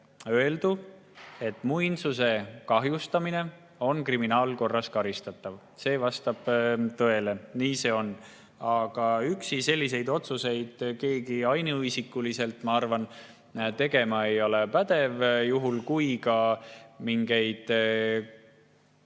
öeldu, et muinsuse kahjustamine on kriminaalkorras karistatav. See vastab tõele, nii see on. Aga selliseid otsuseid keegi ainuisikuliselt, ma arvan, tegema ei ole pädev. Kui mingeid